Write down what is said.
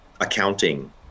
accounting